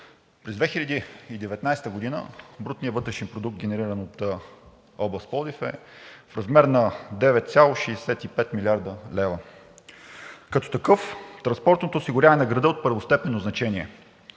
През 2019 г. брутният вътрешен продукт, генериран от област Пловдив, е в размер на 9,65 млрд. лв. Като такъв транспортното осигуряване на града е от първостепенно значение.